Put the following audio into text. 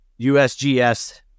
usgs